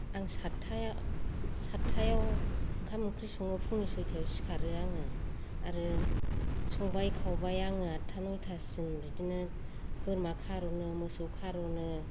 आं सातथा सातथायाव ओंखाम ओंख्रि सङो फुंनि सयथायाव सिखारो आङो आरो संबाय खावबाय आङो आटथा नयथासिम बिदिनो बोरमा खार'नो मोसौ खार'नो